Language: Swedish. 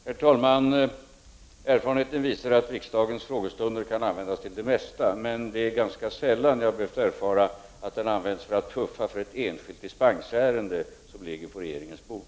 Herr talman! Erfarenheterna visar att riksdagens frågestunder kan användas till det mesta, men det är ganska sällan jag har behövt erfara att den används till att puffa för ett enskilt dispensärende, som ligger på regeringens bord.